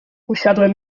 usiadłem